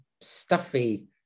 stuffy